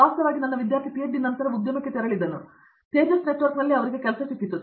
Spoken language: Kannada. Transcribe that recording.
ವಾಸ್ತವವಾಗಿ ನನ್ನ ವಿದ್ಯಾರ್ಥಿ ಪಿಎಚ್ಡಿ ನಂತರ ಉದ್ಯಮಕ್ಕೆ ತೆರಳಿದನು ತೇಜಸ್ ನೆಟ್ವರ್ಕ್ಸ್ನಲ್ಲಿ ಅವರಿಗೆ ಕೆಲಸ ಸಿಕ್ಕಿತು